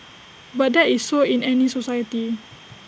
but that is so in any society